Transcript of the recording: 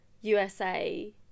USA